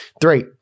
Three